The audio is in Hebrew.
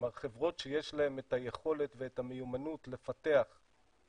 כלומר חברות שיש להן את היכולת ואת המיומנות לפתח את